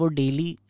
daily